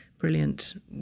brilliant